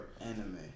anime